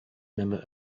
member